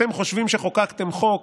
אתם חושבים שחוקקתם חוק